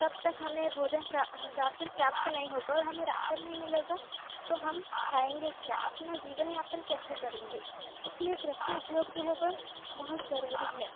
तब तक हमें भोजन रासन प्राप्त नहीं होगा और हमें रासन नहीं मिलेगा तो हम खाएँगे क्या अपना जीवनयापन कैसे करेंगे इसलिए कृषि उध्योग जो है वह बहुत ज़रूरी है